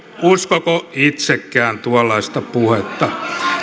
uskoko itsekään tuollaista puhetta